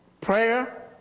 Prayer